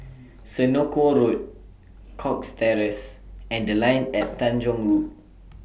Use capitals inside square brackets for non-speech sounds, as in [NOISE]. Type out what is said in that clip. [NOISE] Senoko Road Cox Terrace and The Line At Tanjong Rhu